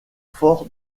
fort